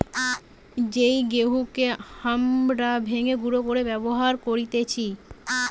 যেই গেহুকে হামরা ভেঙে গুঁড়ো করে ব্যবহার করতেছি